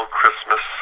Christmas